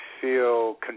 feel